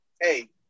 hey